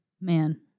man